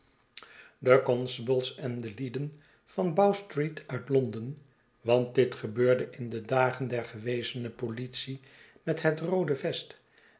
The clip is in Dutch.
de constables en de lieden van bowstreet uit londen want dit gebeurde in de dagen der gewezene politie met het roode vest